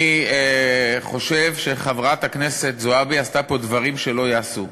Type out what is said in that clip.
אני חושב שחברת הכנסת זועבי עשתה פה דברים שלא ייעשו,